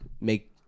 make